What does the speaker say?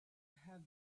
have